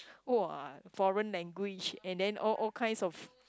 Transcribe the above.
!woah! foreign language and the all all kinds of